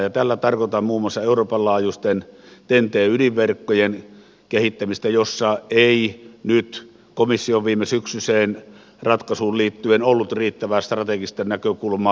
ja tällä tarkoitan muun muassa euroopan laajuisten ten t ydinverkkojen kehittämistä jossa ei nyt komission viime syksyiseen ratkaisuun liittyen ollut riittävää strategista näkökulmaa